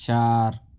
چار